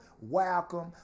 welcome